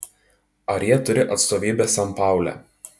ar jie turi atstovybę sanpaule